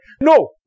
No